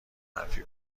حرفی